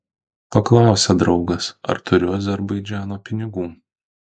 paklausė draugas ar turiu azerbaidžano pinigų